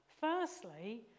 Firstly